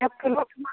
kilo से